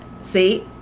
see